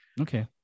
Okay